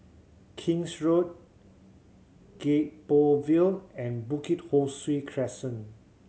King's Road Gek Poh Ville and Bukit Ho Swee Crescent